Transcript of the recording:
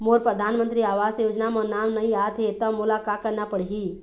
मोर परधानमंतरी आवास योजना म नाम नई आत हे त मोला का करना पड़ही?